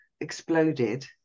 exploded